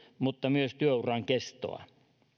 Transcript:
mutta myös työuran kestoa